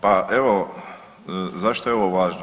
Pa evo, zašto je ovo važno?